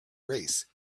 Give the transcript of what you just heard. race